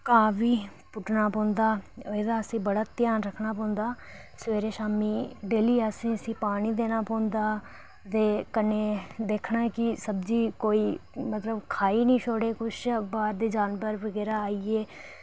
घा बी पुट्टना पौंदा एह्दा असें बड़ा ध्यान रक्खना पौंदा सवेरै शामीं डेह्ली असें इस्सी पानी देना पौंदा ते कन्नै दिक्खना कि सब्जी कोई मतलब खाई निं छोड़े किश बाह्र दे जानबर बगैरा आइयै